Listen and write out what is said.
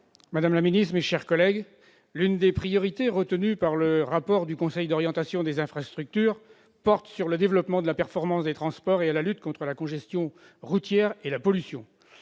madame la ministre, mes chers collègues, l'une des priorités figurant dans le rapport du Conseil d'orientation des infrastructures porte sur le développement de la performance des transports et la lutte contre la congestion routière et la pollution.